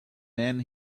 then